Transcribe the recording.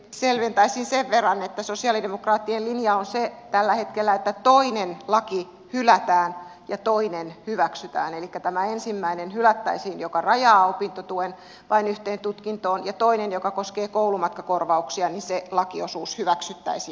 selventäisin sen verran että sosialidemokraattien linja on se tällä hetkellä että toinen laki hylätään ja toinen hyväksytään elikkä tämä ensimmäinen hylättäisiin joka rajaa opintotuen vain yhteen tutkintoon ja toinen joka koskee koulumatkakorvauksia lakiosuus hyväksyttäisiin